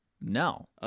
No